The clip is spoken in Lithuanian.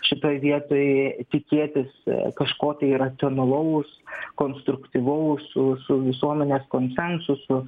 šitoj vietoj tikėtis kažko tai racionalaus konstruktyvaus su visuomenės konsensusu